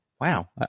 Wow